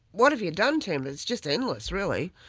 what have you done tim? it's just endless really.